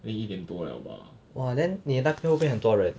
then 一点多了吧